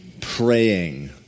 praying